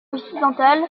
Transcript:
occidental